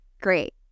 Great